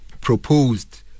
proposed